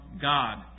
God